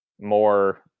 more